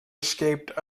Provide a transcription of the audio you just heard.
escaped